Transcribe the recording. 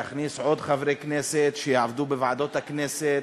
להכניס עוד חברי כנסת שיעבדו בוועדות הכנסת,